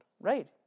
Right